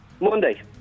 Monday